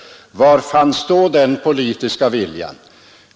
Var fanns då den politiska viljan?